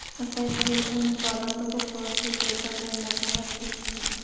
स्थाई फसल उन उत्पादकक कह छेक जैता कई मौसमत टिक छ